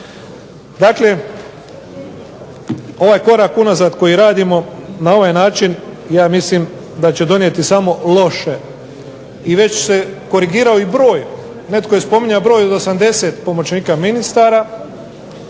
Dakle, ovaj korak unazad koji radimo na ovaj način ja mislim da će donijeti samo loše i već se korigirao i broj. Netko je spominjao broj od 80 pomoćnika ministara